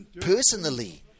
personally